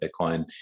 bitcoin